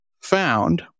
found